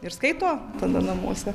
ir skaito tada namuose